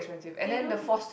they don't